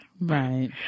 Right